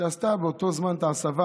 שעשתה באותו זמן הסבה